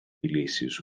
delicious